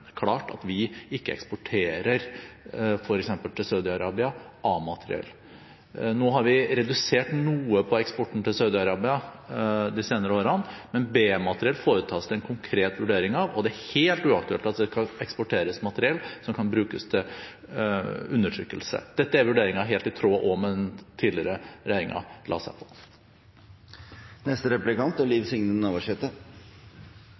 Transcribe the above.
klart at vi ikke eksporterer, f.eks. til Saudi-Arabia, A-materiell. Nå har vi redusert noe på eksporten til Saudi-Arabia de senere årene, men B-materiell foretas det en konkret vurdering av, og det er helt uaktuelt å eksportere materiell som kan brukes til undertrykkelse. Dette er vurderinger helt i tråd også med det den tidligere regjeringen la seg